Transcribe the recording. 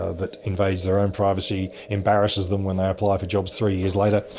ah that invades their own privacy, embarrasses them when they apply for jobs three years later,